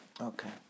Okay